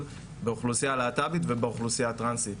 באוכלוסייה הלהט"בית ובאוכלוסייה הטרנסית.